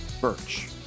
Birch